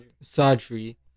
surgery